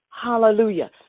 Hallelujah